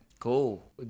Cool